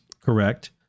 correct